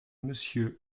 monsieur